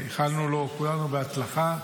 שאיחלנו לו כולנו הצלחה.